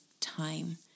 time